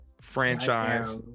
franchise